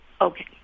okay